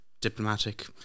diplomatic